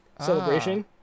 Celebration